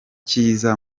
cyiza